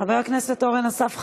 חבר הכנסת אורן אסף חזן,